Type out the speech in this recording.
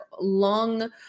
long